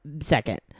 second